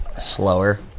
slower